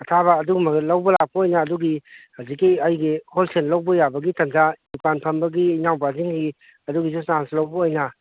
ꯑꯊꯥꯕ ꯑꯗꯨꯒꯨꯝꯕ ꯂꯧꯕ ꯂꯥꯛꯄ ꯑꯣꯏꯅ ꯑꯗꯨꯒꯤ ꯍꯧꯖꯤꯛꯀꯤ ꯑꯩꯒꯤ ꯍꯣꯜꯁꯦꯜ ꯂꯧꯕ ꯌꯥꯕꯒꯤ ꯇꯟꯖꯥ ꯗꯨꯀꯥꯟ ꯐꯝꯕꯒꯤ ꯏꯅꯥꯎꯄꯥꯁꯤꯡꯒꯤ ꯑꯗꯨꯒꯤꯁꯨ ꯆꯥꯟꯁ ꯂꯧꯕ ꯑꯣꯏꯅ